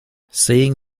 seeing